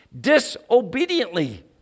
disobediently